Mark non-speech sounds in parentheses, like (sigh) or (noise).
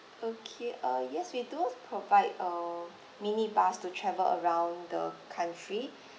okay uh yes we do provide a minibus to travel around the country (breath)